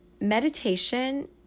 meditation